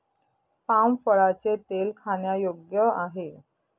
palm फळाचे तेल खाण्यायोग्य आहे